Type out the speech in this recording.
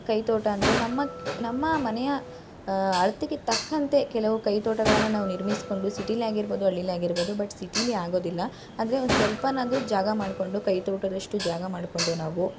ಕೈತೋಟ ಅಂದರೆ ನಮ್ಮ ನಮ್ಮ ಮನೆಯ ಅಳತೆಗೆ ತಕ್ಕಂತೆ ಕೆಲವು ಕೈತೋಟಗಳನ್ನು ನಾವು ನಿರ್ಮಿಸಿಕೊಂಡು ಸಿಟಿಲೇ ಆಗಿರ್ಬೋದು ಹಳ್ಳಿಲೇ ಆಗಿರ್ಬೋದು ಬಟ್ ಸಿಟೀಲಿ ಆಗೋದಿಲ್ಲ ಆದರೆ ಒಂದು ಸ್ವಲ್ಪನಾದರೂ ಜಾಗ ಮಾಡಿಕೊಂಡು ಕೈತೋಟದಷ್ಟು ಜಾಗ ಮಾಡಿಕೊಂಡು ನಾವು